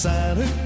Santa